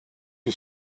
you